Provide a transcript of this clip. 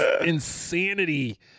insanity